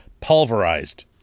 pulverized